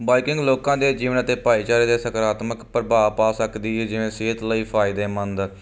biking ਲੋਕਾਂ ਦੇ ਜੀਵਨ ਅਤੇ ਭਾਈਚਾਰੇ ਦੇ ਸਕਾਰਾਤਮਕ ਪ੍ਰਭਾਵ ਪਾ ਸਕਦੀ ਹੈ ਜਿਵੇਂ ਸਿਹਤ ਲਈ ਫਾਇਦੇਮੰਦ